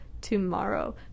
tomorrow